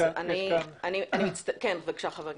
בבקשה.